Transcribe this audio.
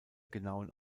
genauen